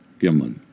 Gimlin